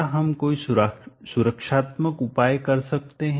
क्या हम कोई सुरक्षात्मक उपाय कर सकते हैं